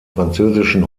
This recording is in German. französischen